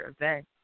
event